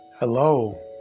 Hello